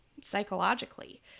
psychologically